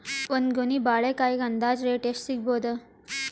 ಒಂದ್ ಗೊನಿ ಬಾಳೆಕಾಯಿಗ ಅಂದಾಜ ರೇಟ್ ಎಷ್ಟು ಸಿಗಬೋದ?